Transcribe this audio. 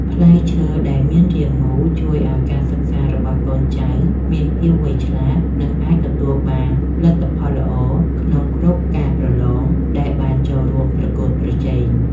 ផ្លែឈើដែលមានរាងមូលជួយឱ្យការសិក្សារបស់កូនចៅមានភាពវៃឆ្លាត និង អាចទទួលបានលទ្ធផលល្អក្នុងគ្រប់ការប្រឡងដែលបានចូលរួមប្រកួតប្រជែង។